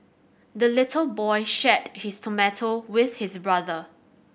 the little boy shared his tomato with his brother